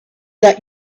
that